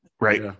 Right